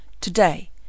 Today